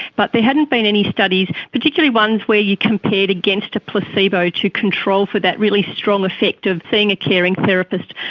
but there hadn't been any studies, particularly ones where you compared against a placebo to control for that really strong effect of seeing a caring therapist.